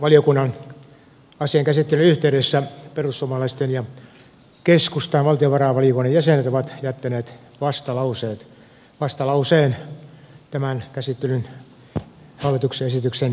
valtiovarainvaliokunnan asian käsittelyn yhteydessä perussuomalaisten ja keskustan valtiovarainvaliokunnan jäsenet ovat jättäneet vastalauseen tämän hallituksen esityksen johdosta